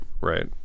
Right